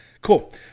Cool